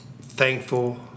thankful